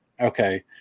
okay